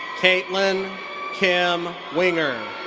caitlin kim winger.